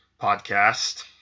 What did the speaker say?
podcast